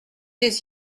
des